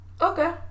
Okay